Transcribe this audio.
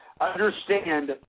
understand